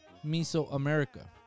Mesoamerica